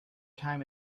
time